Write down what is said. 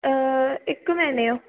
हिकु महिने जो